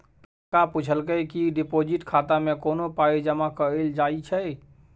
प्रियंका पुछलकै कि डिपोजिट खाता मे कोना पाइ जमा कयल जाइ छै